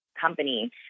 company